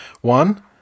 One